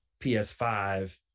PS5